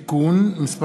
(הגנה על בעלי-חיים) (תיקון) (מס'